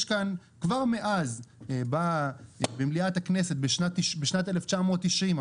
יש כאן כבר אז באה מליאת הכנסת בשנת 1990,